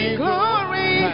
glory